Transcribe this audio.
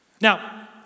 Now